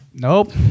Nope